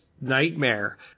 nightmare